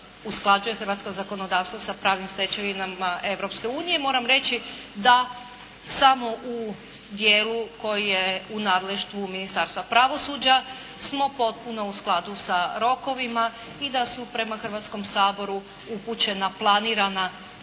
hrvatsko zakonodavstvo sa pravnim stečevinama Europske unije, moram reći da samo u dijelu koji je u nadleštvu Ministarstva pravosuđa smo potpuno u skladu sa rokovima i da su prema Hrvatskom saboru upućena planirana